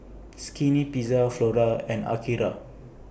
Skinny Pizza Flora and Akira